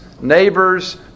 neighbors